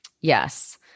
Yes